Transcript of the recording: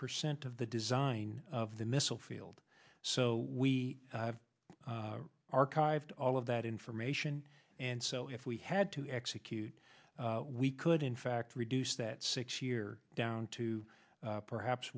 percent of the design of the missile field so we have archived all of that information and so if we had to execute we could in fact reduce that six year down to perhaps